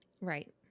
Right